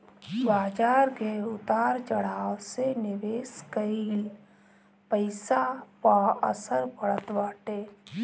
बाजार के उतार चढ़ाव से निवेश कईल पईसा पअ असर पड़त बाटे